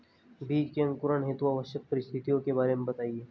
बीजों के अंकुरण हेतु आवश्यक परिस्थितियों के बारे में बताइए